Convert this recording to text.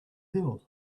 hill